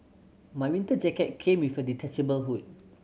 my winter jacket came with a detachable hood